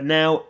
now